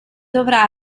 dovrà